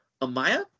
amaya